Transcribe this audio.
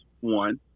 one